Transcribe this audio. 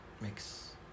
makes